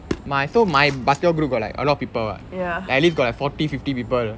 my so my basketball group got like a lot of people [what] at least got like forty fifty people